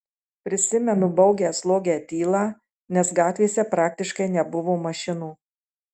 prisimenu baugią slogią tylą nes gatvėse praktiškai nebuvo mašinų